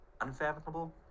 Unfathomable